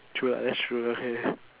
true lah that's true okay